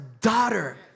daughter